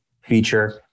feature